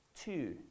Two